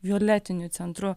violetiniu centru